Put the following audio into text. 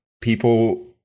people